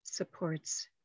supports